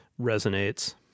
resonates